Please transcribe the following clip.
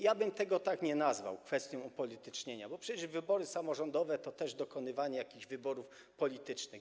Ja bym tego tak nie nazwał - kwestią upolitycznienia, bo przecież wybory samorządowe to też dokonywanie jakichś wyborów politycznych.